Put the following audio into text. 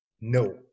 No